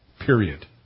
Period